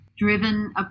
driven